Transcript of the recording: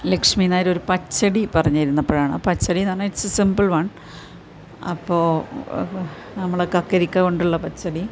ലക്ഷ്മി നായർ ഒരു പച്ചടി പറഞ്ഞിരുന്നപ്പൊഴാണ് ആ പച്ചടിന്ന് പറഞ്ഞാൽ ഇറ്റ്സ് എ സിമ്പിൾ വൺ അപ്പോൾ നമ്മൾ കക്കിരിക്ക കൊണ്ടുള്ള പച്ചടി